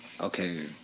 Okay